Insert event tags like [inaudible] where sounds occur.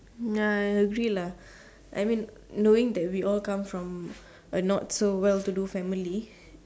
ya I agree lah I mean knowing that we all come from a not so well to do family [breath]